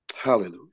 Hallelujah